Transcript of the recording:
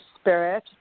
spirit